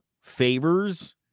favors